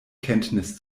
kenntnis